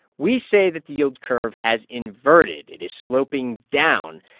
we say that the yield curve has inverted. it is sloping down.